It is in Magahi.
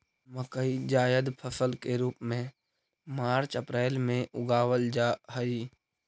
मकई जायद फसल के रूप में मार्च अप्रैल में उगावाल जा हई